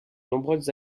nombreuses